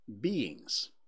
beings